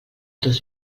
dos